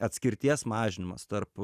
atskirties mažinimas tarp